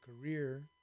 career